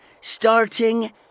starting